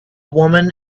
woman